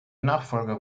nachfolger